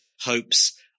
hopes